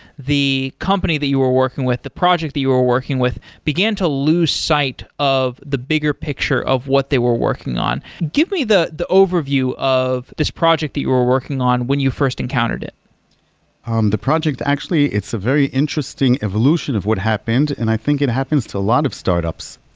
the company that you were working with, the project that you were working with began to lose sight of the bigger picture of what they were working on. give me the the overview of this project that you were working on when you first encountered it um the project, actually it's a very interesting evolution of what happened and i think it happens to a lot of startups,